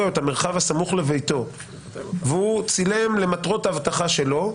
או את המרחב הסמוך לביתו והוא צילם למטרות אבטחה שלו.